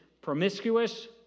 promiscuous